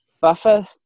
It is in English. Buffer